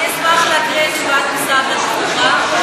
אני אשמח להקריא את תשובת משרד התחבורה.